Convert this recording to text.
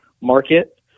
market